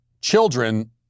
Children